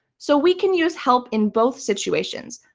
so we can use help in both situations,